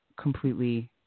completely